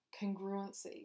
congruency